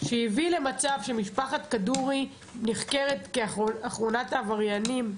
שהביא למצב שמשפחת כדורי נחקרת כאחרונת העבריינים?